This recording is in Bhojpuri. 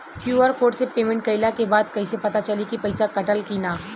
क्यू.आर कोड से पेमेंट कईला के बाद कईसे पता चली की पैसा कटल की ना?